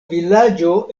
vilaĝo